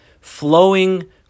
flowing